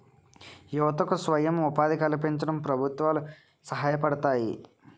యువతకు స్వయం ఉపాధి కల్పించడంలో ప్రభుత్వాలు సహాయపడతాయి